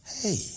Hey